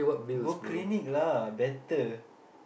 go clinic lah better